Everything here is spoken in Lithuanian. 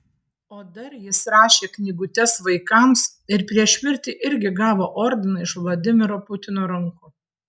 o dar jis rašė knygutes vaikams ir prieš mirtį irgi gavo ordiną iš vladimiro putino rankų